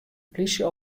plysje